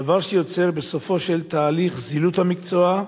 דבר שיוצר בסופו של תהליך של זילות המקצוע.